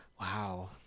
Wow